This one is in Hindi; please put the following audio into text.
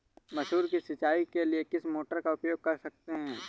मसूर की सिंचाई के लिए किस मोटर का उपयोग कर सकते हैं?